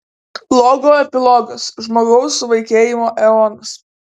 logo epilogas žmogaus suvaikėjimo eonas